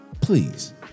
please